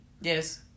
yes